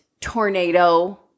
tornado